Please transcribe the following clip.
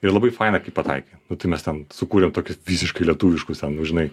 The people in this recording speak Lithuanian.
ir labai faina kai pataikai nu tai mes ten sukūrėm tokius visiškai lietuviškus ten nu žinai